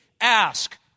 ask